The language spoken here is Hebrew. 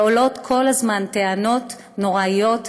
ועולות כל הזמן טענות נוראות,